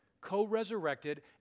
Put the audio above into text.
co-resurrected